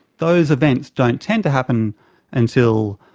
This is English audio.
those events don't tend to happen until,